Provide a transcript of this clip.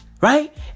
Right